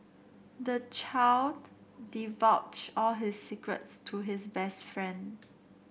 the child divulged all his secrets to his best friend